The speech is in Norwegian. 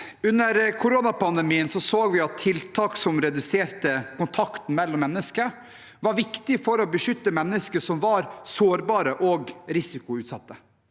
Under korona- pandemien så vi at tiltak som reduserte kontakten mellom mennesker, var viktige for å beskytte mennesker som var sårbare og risikoutsatte.